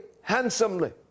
handsomely